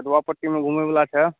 जदुआपट्टीमे घुमै बला छै